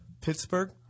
Pittsburgh